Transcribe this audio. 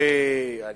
אני